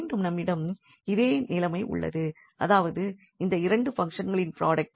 மீண்டும் நம்மிடம் இதே நிலை உள்ளது அதாவது இந்த இரண்டுபங்க்ஷன்களின் ப்ரொடக்ட்